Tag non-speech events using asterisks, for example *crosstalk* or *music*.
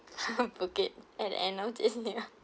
*laughs* *breath* book it and I know it's near *laughs*